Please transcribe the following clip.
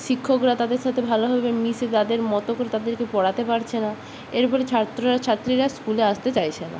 শিক্ষকরা তাদের সাথে ভালোভাবে মিশে তাদের মতো করে তাদেরকে পড়াতে পারছে না এর ফলে ছাত্র আর ছাত্রীরা স্কুলে আসতে চাইছে না